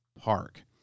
Park